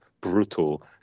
brutal